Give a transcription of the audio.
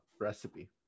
recipe